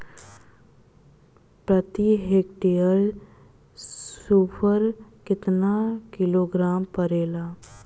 प्रति हेक्टेयर स्फूर केतना किलोग्राम परेला?